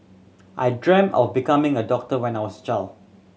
I dreamt of becoming a doctor when I was child